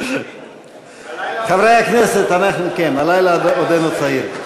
חברי הכנסת, הלילה עודנו צעיר.